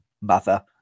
mother